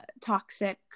toxic